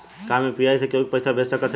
का हम यू.पी.आई से केहू के पैसा भेज सकत हई?